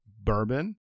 Bourbon